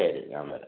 ശരി ഞാൻ വരാം